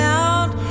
out